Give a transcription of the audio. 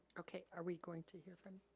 okay, are we going to hear from